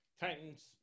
Titans